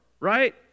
Right